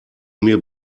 mir